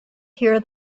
hear